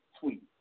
tweet